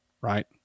right